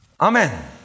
Amen